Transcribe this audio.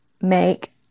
Make